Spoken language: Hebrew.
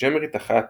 כשג'אמרית אחת